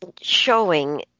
showing